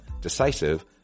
decisive